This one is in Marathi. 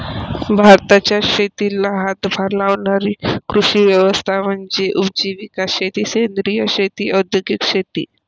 भारताच्या शेतीला हातभार लावणारी कृषी व्यवस्था म्हणजे उपजीविका शेती सेंद्रिय शेती औद्योगिक शेती